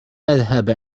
نذهب